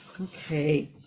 Okay